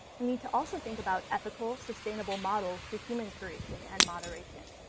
we need to also think about ethical, sustainable models for human curation and moderation.